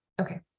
Okay